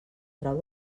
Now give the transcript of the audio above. trau